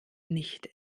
nicht